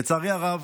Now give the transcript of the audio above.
לצערי הרב,